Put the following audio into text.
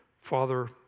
Father